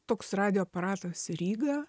toks radijo aparatas ryga